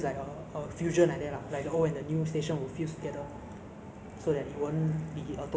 is it like they relocate to you know another like place or is it like